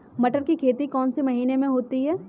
मटर की खेती कौन से महीने में होती है?